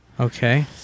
Okay